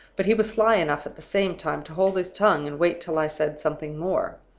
but he was sly enough at the same time to hold his tongue and wait till i said something more.